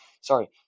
Sorry